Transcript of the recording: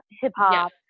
hip-hop